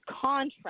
contract